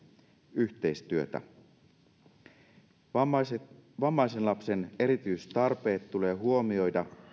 yhteistyötä vammaisen lapsen erityistarpeet tulee huomioida